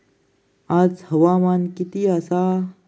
आज हवामान किती आसा?